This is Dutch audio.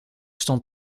stond